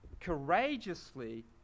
courageously